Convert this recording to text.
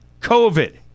COVID